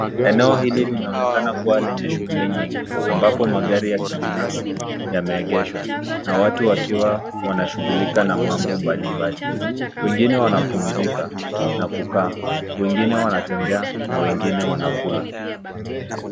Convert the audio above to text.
Eneo hili linaonekana kuwa lenye shughuli nyingi ambapo magari ya kibinafsi yameegeshwa na watu wakiwa wanashughulika na mambo mbalimbali. Wengine wanapumzika na kukaa. Wengine wanatembea na wengine wanakula.